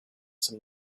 some